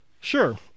Sure